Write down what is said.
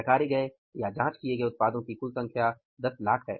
नकारे गए या जाँच किये गए उत्पादों की कुल संख्या 1000000 है